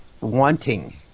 wanting